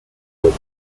with